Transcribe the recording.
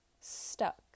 stuck